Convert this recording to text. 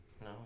No